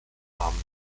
haben